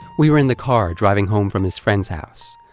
we were in the car, driving home from his friend's house.